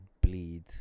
bleed